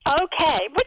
Okay